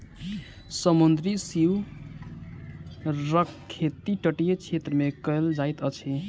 समुद्री सीवरक खेती तटीय क्षेत्र मे कयल जाइत अछि